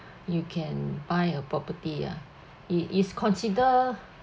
you can buy a property ya it is consider